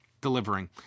delivering